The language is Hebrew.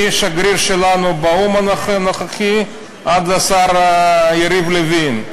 מהשגריר שלנו באו"ם, הנוכחי, עד לשר יריב לוין,